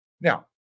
Now